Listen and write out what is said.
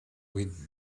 with